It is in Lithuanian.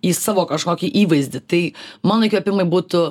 į savo kažkokį įvaizdį tai mano įkvėpimai būtų